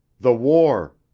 the war.